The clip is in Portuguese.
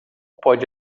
pode